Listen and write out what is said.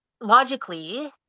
logically